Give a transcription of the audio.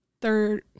third